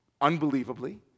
Unbelievably